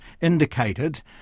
indicated